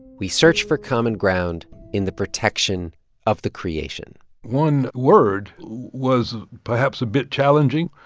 we search for common ground in the protection of the creation one word was perhaps a bit challenging,